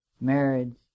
marriage